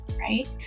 right